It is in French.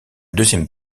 deuxième